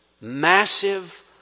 massive